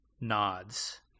nods